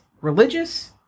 religious